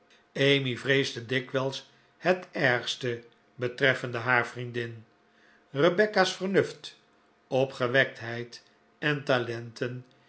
emmy vreesde dikwijls het ergste betreffende haar vriendin rebecca's vernuft opgewektheid en talenten